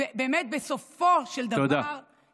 בסופו של דבר, תודה.